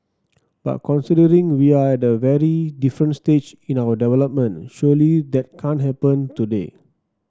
but considering we are at a very different stage in our development surely that can't happen today